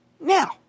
now